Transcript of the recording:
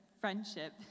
friendship